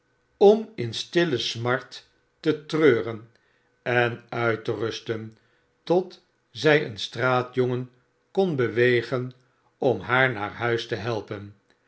om in stille smart te treuren en uit te rusten tot zij een straatjongen kon bewegen om haar naar huis te helpen